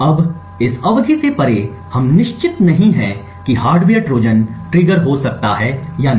अब इस अवधि से परे हम निश्चित नहीं हैं कि हार्डवेयर ट्रोजन ट्रिगर हो सकता है या नहीं